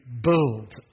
build